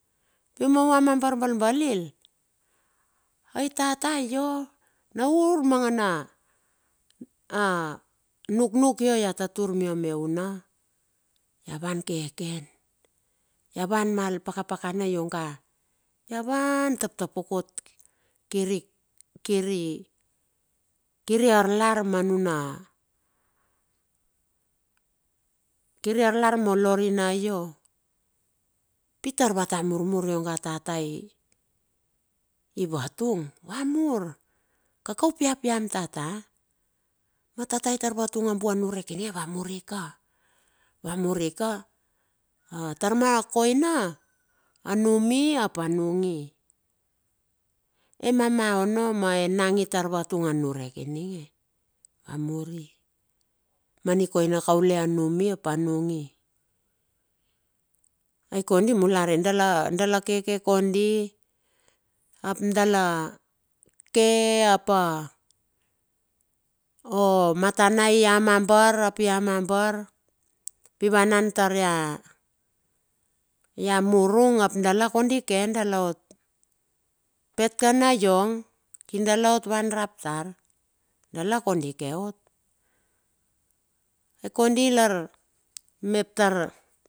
Pi ma vamabar balbalil, ai tata io, na urmanga na, a nuknuk ia tatar mia me una, ia van keken. Ya van mal pakapakana ionga ia van tap tapokot kir i kir i kiri arlar ma nuna, kir i arlar mo lorina io. Pi tar va ta murmur ionga tata i vatung. Va mur, kaka upia piam tata. Na tata itar vatung a bua niurek ininge, va muri ka, va muri ka tar ma koina anumi ap a nungi. Emama ono ma enang i tar vatung a niurek ininge, va mur i ma nikoina kaule a numi ap anungi. Ai kondi mula re dala keke kondi ap dala ke ap a, o matana ia mambar ap ia mambar ap i vanan taria, ia murung ap dala kondi ke, dala ot pet ka naiong, kir dala van rap tar, dala kondi ke ot. Yi kondi mep tar.